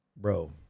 Bro